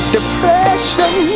Depression